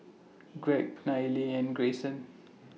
Gregg Nayely and Greyson